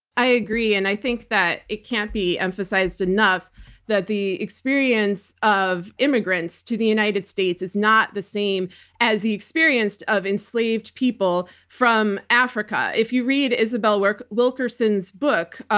i agree and i think that it can't be emphasized enough that the experience of immigrants to the united states is not the same as the experience of enslaved people from africa. if you read isabel wilkerson's book,